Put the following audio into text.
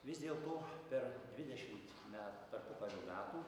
vis dėlto per dvidešimt me tarpukario metų